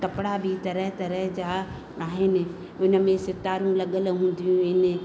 कपिड़ा बि तरह तरह जा आहिनि इनमें सितारू लॻियलु हूंदियूं आहिनि